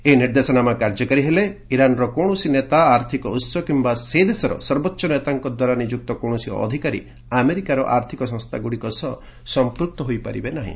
ଏହି ନିର୍ଦ୍ଦେଶନାମା କାର୍ଯ୍ୟକାରୀ ହେଲେ ଇରାନର କୌଣସି ନେତା ଆର୍ଥିକ ଉତ୍ସ କିମ୍ବା ସେ ଦେଶର ସର୍ବୋଚ୍ଚ ନେତାଙ୍କ ଦ୍ୱାରା ନିଯୁକ୍ତ କୌଣସି ଅଧିକାରୀ ଆମେରିକାର ଆର୍ଥିକ ସଂସ୍ଥାଗୁଡ଼ିକ ସହ ସଂପୃକ୍ତ ହୋଇପାରିବେ ନାହିଁ